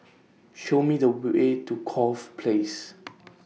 Show Me The Way to Corfe Place